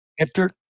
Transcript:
Enter